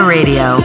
Radio